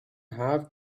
have